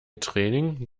training